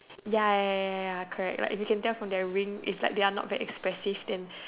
ya ya ya ya ya correct like if you can tell from their ring is like they're not very expressive then